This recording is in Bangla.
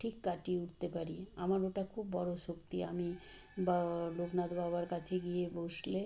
ঠিক কাটিয়ে উটতে পারি আমার ওটা খুব বড়ো শক্তি আমি বাবা লোকনাথ বাবার কাছে গিয়ে বসলে